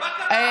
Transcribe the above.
חיכיתם.